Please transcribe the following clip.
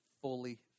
fully